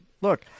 look